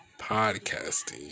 podcasting